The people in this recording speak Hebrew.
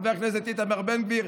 חבר הכנסת בן גביר,